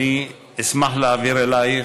אשמח להעביר אלייך.